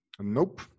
Nope